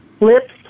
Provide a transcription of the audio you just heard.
Lips